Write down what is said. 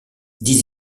dix